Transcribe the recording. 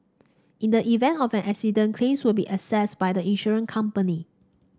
in the event of an accident claim will be assessed by the insurance company